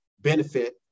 benefit